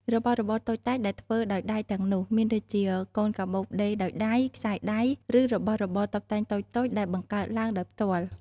របស់របរតូចតាចដែលធ្វើដោយដៃទាំងនោះ មានដូចជា កូនកាបូបដេរដោយដៃ ខ្សែដៃ ឬរបស់របរតុបតែងតូចៗដែលបង្កើតឡើងដោយផ្ទាល់។